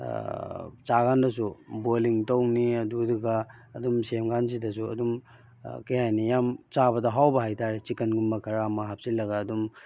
ꯆꯥ ꯀꯥꯟꯗꯁꯨ ꯕꯣꯏꯂꯤꯡ ꯇꯧꯅꯤ ꯑꯗꯨꯗꯨꯒ ꯑꯗꯨꯝ ꯁꯦꯝ ꯀꯥꯟꯁꯤꯗꯁꯨ ꯑꯗꯨꯝ ꯀꯩ ꯍꯥꯏꯅꯤ ꯌꯥꯝ ꯆꯥꯕꯗ ꯍꯥꯎꯕ ꯍꯥꯏꯇꯥꯔꯦ ꯆꯤꯛꯀꯟꯒꯨꯝꯕ ꯈꯔ ꯑꯃ ꯍꯥꯞꯆꯤꯜꯂꯒ ꯑꯗꯨꯝ